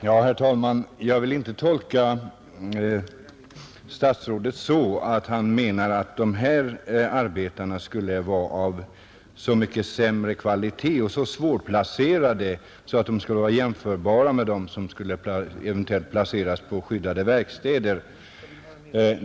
Herr talman! Jag vill inte tolka statsrådet så att han menar att de arbetare det här gäller skulle vara av så mycket sämre kvalitet och så svårplacerade, att de är jämförbara med personer som placeras på skyddade verkstäder.